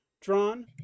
drawn